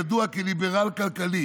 ידוע כליברל כלכלי